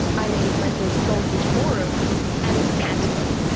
i named my first goldfish aurum and tantalum,